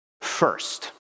first